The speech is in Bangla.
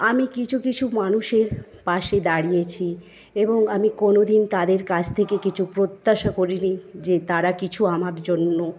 আমি কিছু কিছু মানুষের পাশে দাঁড়িয়েছি এবং আমি কোনোদিন তাদের কাছ থেকে কিছু প্রত্যাশা করিনি যে তারা কিছু আমার জন্য